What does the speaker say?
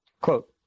Quote